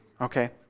Okay